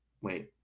Wait